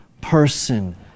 person